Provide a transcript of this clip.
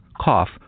cough